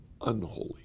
unholy